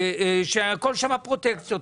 כשהכול שם פרוטקציות.